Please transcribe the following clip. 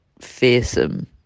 fearsome